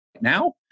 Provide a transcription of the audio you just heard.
now